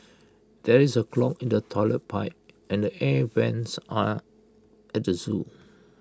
there is A clog in the Toilet Pipe and the air Vents on at the Zoo